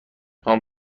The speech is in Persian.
خوام